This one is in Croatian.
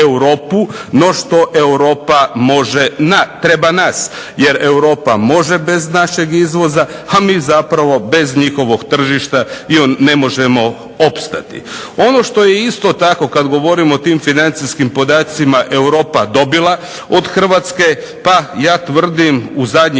no što Europa treba nas. Jer Europa može bez našeg izvoza, a mi zapravo bez njihovog tržišta ne možemo opstati. Ono što je isto tako kad govorim o tim financijskim podacima Europa dobila od Hrvatske, pa ja tvrdim u zadnjih sedam,